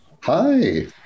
Hi